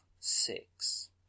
six